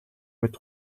мэт